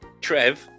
Trev